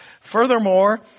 Furthermore